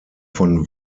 von